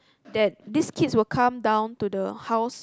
that these kids will come down to the house